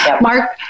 Mark